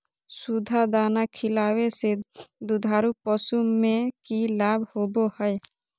सुधा दाना खिलावे से दुधारू पशु में कि लाभ होबो हय?